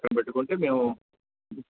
పక్కన పెట్టుకుంటే మేము